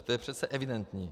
To je přece evidentní.